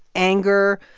anger,